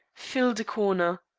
filled a corner.